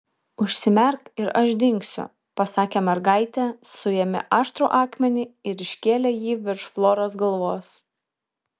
užsimerk ir aš dingsiu pasakė mergaitė suėmė aštrų akmenį ir iškėlė jį virš floros galvos